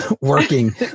working